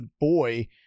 boy